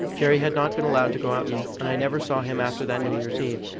jerry had not been allowed to go out yet, and i never saw him after that new year's eve.